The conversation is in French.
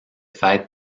fêtes